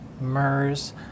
MERS